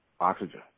oxygen